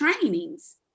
trainings